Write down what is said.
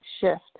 shift